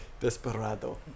Desperado